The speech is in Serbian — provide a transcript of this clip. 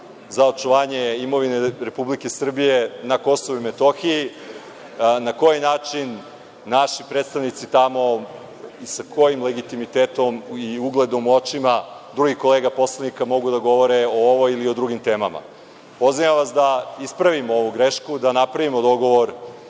za očuvanje imovine Republike Srbije na Kosovu i Metohiji, na koji način naši predstavnici tamo i sa kojim legitimitetom i kojim ugledom u očima drugih kolega poslanika mogu da govore o ovoj i o drugim temama. Pozivam vas da ispravimo ovu grešku, da napravimo dogovor